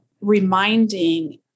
reminding